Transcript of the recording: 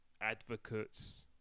advocates